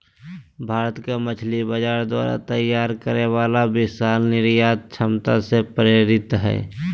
भारत के मछली बाजार द्वारा तैयार करे वाला विशाल निर्यात क्षमता से प्रेरित हइ